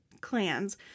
clans